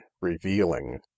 revealing